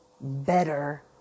better